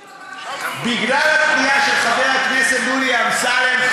בגלל הפנייה של חבר הכנסת דודי אמסלם,